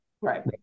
Right